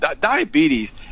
Diabetes